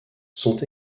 sont